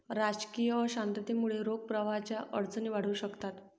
राजकीय अशांततेमुळे रोख प्रवाहाच्या अडचणी वाढू शकतात